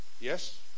Yes